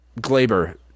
Glaber